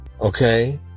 Okay